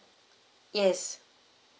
yes